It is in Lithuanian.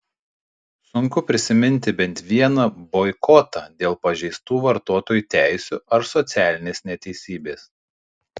sunku prisiminti bent vieną boikotą dėl pažeistų vartotojų teisių ar socialinės neteisybės